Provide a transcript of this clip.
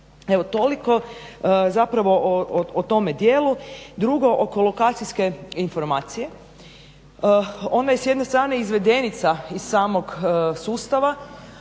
Evo toliko zapravo o tome dijelu. Drugo, oko lokacijske informacije. Ona je s jedne strane izvedenica iz samog sustava.